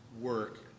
work